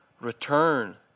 return